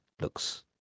looks